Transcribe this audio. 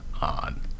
on